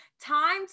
time